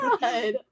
God